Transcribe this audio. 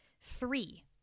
Three